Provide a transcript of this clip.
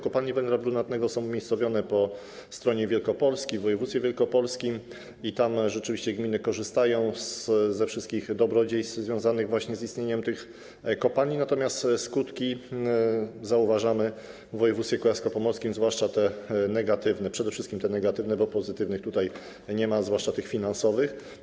Kopalnie węgla brunatnego są umiejscowione po stronie Wielkopolski, w województwie wielkopolskim, i tam rzeczywiście gminy korzystają ze wszystkich dobrodziejstw związanych z istnieniem tych kopalni, natomiast skutki zauważamy w województwie kujawsko-pomorskim, zwłaszcza te negatywne, przede wszystkim te negatywne, bo pozytywnych tutaj nie ma, a zwłaszcza tych finansowych.